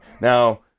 Now